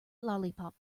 lollipop